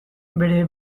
bere